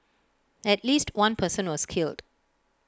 at least one person was killed